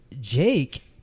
Jake